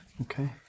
Okay